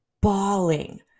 bawling